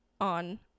on